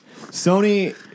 Sony